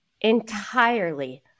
entirely